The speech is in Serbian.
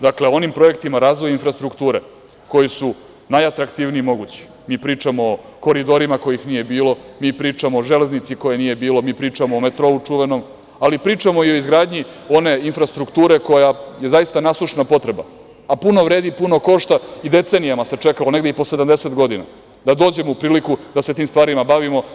Dakle, o onim projektima, razvojima infrastrukture koji su najatraktivnije mogući, mi pričamo o koridorima kojih nije bilo, mi pričamo o železnici koje nije bilo, mi pričamo o čuvenom metrou, ali pričamo i o izgradnji one infrastrukture koja je zaista nasušna potreba, a puno vredi, puno košta i decenijama se čekalo, negde i po sedamdeset godina, da dođemo u priliku da se tim stvarima bavimo.